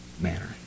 manner